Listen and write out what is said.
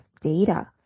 data